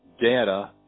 data